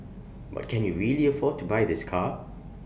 but can you really afford to buy this car